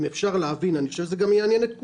ואני חושב שזה גם יעניין את כולם.